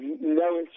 no